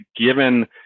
given